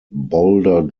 boulder